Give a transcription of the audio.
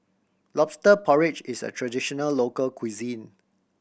Lobster Porridge is a traditional local cuisine